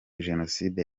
jenoside